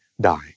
die